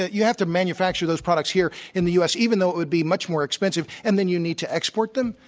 you have to manufacture those products here in the u. s, even though it would be much more expensive, and then you need to export them?